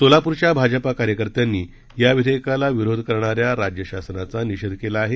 सोलाप्रच्या भाजपा कार्यकर्त्यांनी या विधेयकला विरोध करणाऱ्या राज्य शासनाचा तीव्र निषेध केला आहे